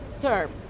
term